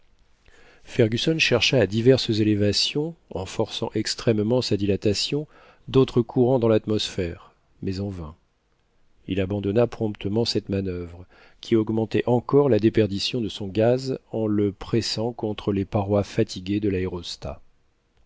fergusson chercha à diverses élévations en forçant extrêmement sa dilatation d'autres courants dans l'atmosphère mais en vain il abandonna promptement cette manuvre qui augmentait encore la déperdition de son gaz en le pressant contre les parois fatiguées de l'aérostat